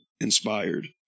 inspired